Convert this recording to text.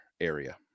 area